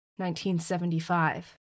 1975